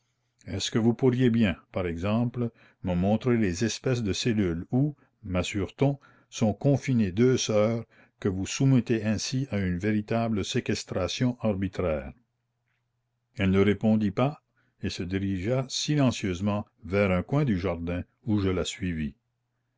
est-ce que vous pourriez bien par exemple me montrer les espèces de cellules où massure t on sont confinées la commune deux sœurs que vous soumettez ainsi à une véritable séquestration arbitraire elle ne répondit pas et se dirigea silencieusement vers un coin du jardin où je la suivis